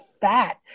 fat